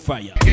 Fire